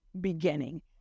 beginning